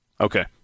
Okay